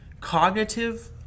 Cognitive